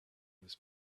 was